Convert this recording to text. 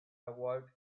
awoke